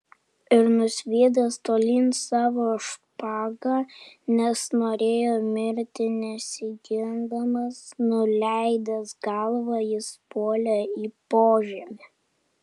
ir nusviedęs tolyn savo špagą nes norėjo mirti nesigindamas nuleidęs galvą jis puolė į požemį